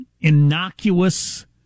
innocuous